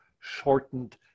shortened